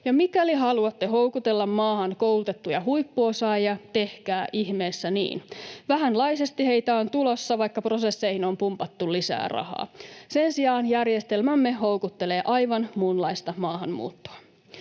Ja mikäli haluatte houkutella maahan koulutettuja huippuosaajia, tehkää ihmeessä niin. Vähänlaisesti heitä on tulossa, vaikka prosesseihin on pumpattu lisää rahaa. Sen sijaan järjestelmämme houkuttelee aivan muunlaista maahanmuuttoa.